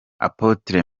apotre